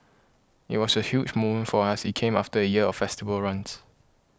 it was a huge moment for us it came after a year of festival runs